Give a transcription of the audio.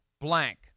blank